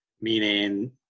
meaning